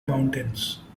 mountains